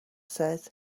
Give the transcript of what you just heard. says